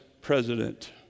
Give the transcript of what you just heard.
president